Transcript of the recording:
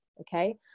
okay